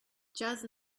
jazz